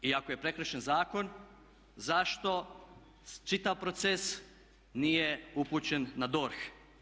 I ako je prekršen zakon zašto čitav proces nije upućen na DORH?